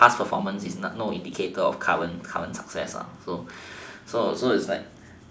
past performance is no indicator of current success lah so so it's like